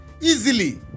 easily